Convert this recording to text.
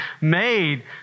made